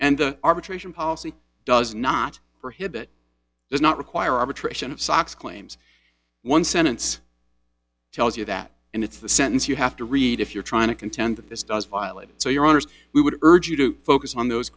and the arbitration policy does not prohibit does not require arbitration of sox claims one sentence tells you that and it's the sentence you have to read if you're trying to contend that this does violate so your honor we would urge you to focus on those